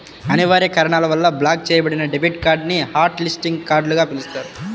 అనివార్య కారణాల వల్ల బ్లాక్ చెయ్యబడిన డెబిట్ కార్డ్ ని హాట్ లిస్టింగ్ కార్డ్ గా పిలుస్తారు